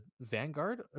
Vanguard